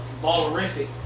Ballerific